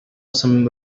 some